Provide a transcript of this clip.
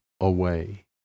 away